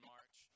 March